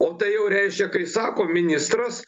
o tai jau reiškia kai sako ministras